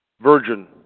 Virgin